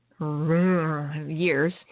years